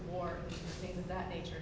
more of that nature